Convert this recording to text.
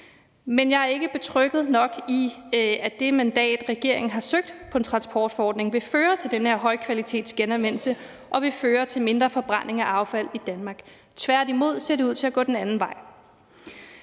Men jeg er ikke betrygget nok i, at det mandat, regeringen har søgt på en transportforordning, vil føre til den her højkvalitetsgenanvendelse og vil føre til mindre forbrænding af affald i Danmark. Tværtimod ser det ud til at gå den anden vej.